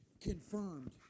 confirmed